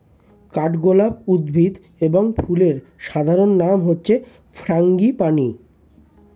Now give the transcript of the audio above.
কাঠগোলাপ উদ্ভিদ এবং ফুলের সাধারণ নাম হচ্ছে ফ্রাঙ্গিপানি